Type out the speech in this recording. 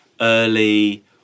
early